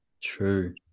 True